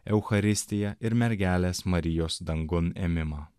eucharistiją ir mergelės marijos dangun ėmimą